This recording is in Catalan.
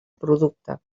producte